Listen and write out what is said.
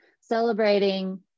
Celebrating